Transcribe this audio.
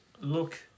look